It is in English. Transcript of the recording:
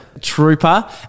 Trooper